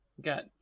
got